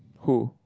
who